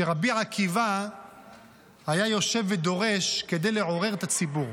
שרבי עקיבא היה יושב ודורש כדי לעורר את הציבור.